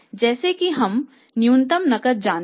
जैसा कि हम न्यूनतम नकद जानते हैं